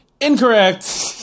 Incorrect